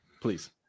please